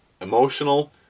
emotional